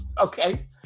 Okay